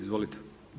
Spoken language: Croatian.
Izvolite.